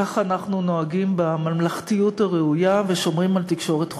ככה אנחנו נוהגים בממלכתיות הראויה ושומרים על תקשורת חופשית,